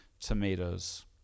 tomatoes